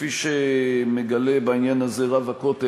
כפי שמגלה בעניין הזה רב הכותל,